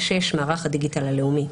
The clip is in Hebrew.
(6)מערך הדיגיטל הלאומי.